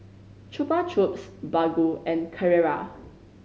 Chupa Chups Baggu and Carrera